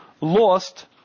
lost